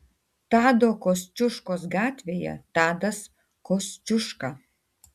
tado kosciuškos gatvėje tadas kosciuška